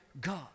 God